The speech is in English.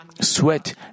sweat